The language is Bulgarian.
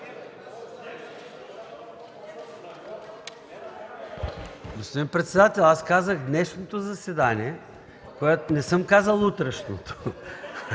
Господин председател, аз казах: „днешното заседание“, не съм казал: „утрешното“.